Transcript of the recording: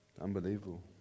Unbelievable